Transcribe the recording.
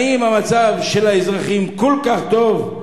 האם המצב של האזרחים כל כך טוב?